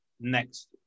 next